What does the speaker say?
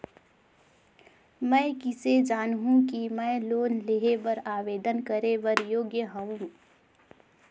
मैं किसे जानहूं कि मैं लोन लेहे बर आवेदन करे बर योग्य हंव?